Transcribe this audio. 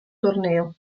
torneo